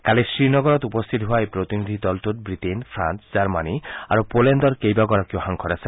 কালি শ্ৰীনগৰত উপস্থিত হোৱা এই প্ৰতিনিধি দলটোত ৱিটেইন ফ্ৰাল জাৰ্মনী আৰু পোলেণ্ডৰ কেইবাগৰাকীও সাংসদ আছে